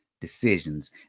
decisions